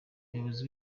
umuyobozi